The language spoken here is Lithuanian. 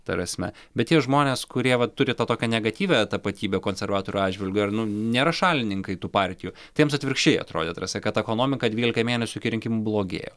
ta prasme bet tie žmonės kurie va turi tą tokią negatyvią tapatybę konservatorių atžvilgiu ar nu nėra šalininkai tų partijų tiems atvirkščiai atrodė ta prasme kad ekonomika dvylika mėnesių iki rinkimų blogėjo